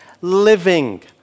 living